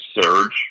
surge